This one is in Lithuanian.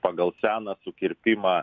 pagal seną sukirpimą